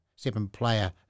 seven-player